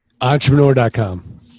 Entrepreneur.com